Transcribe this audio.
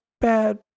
bad